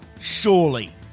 Surely